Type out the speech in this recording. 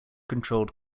controlled